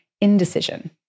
indecision